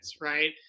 right